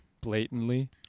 blatantly